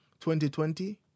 2020